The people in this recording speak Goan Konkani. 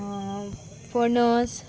फणस